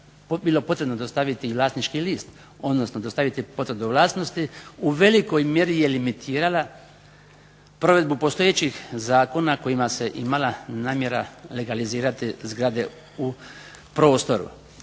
bilo potrebno dostaviti vlasnički list, odnosno dostaviti potvrdu o vlasnosti, u velikoj mjeri je limitirala provedbu postojećih zakona kojima se imala namjera legalizirati zgrade u prostoru.